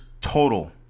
total